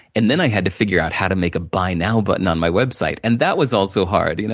and then, i had to figure out how to make a buy now button on my website, and that was also hard. you know